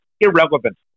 irrelevant